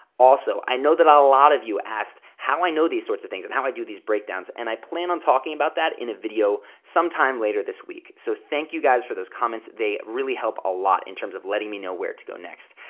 also, i know that a lot of you asked, how i know these sort of things and how i do these breakdowns, and i plan on talking about that in a video sometime later this week. so thank you, guys, for those comments. they really help a lot in terms of letting me know where to go next.